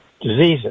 diseases